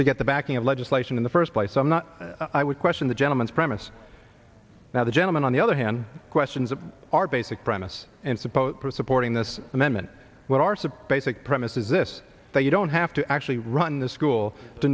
to get the backing of legislation in the first place i'm not i would question the gentleman's premise now the gentlemen on the other hand questions of our basic premise and suppose for supporting this amendment what are some basic premise is this that you don't have to actually run the school to